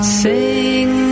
sing